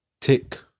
tick